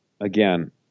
again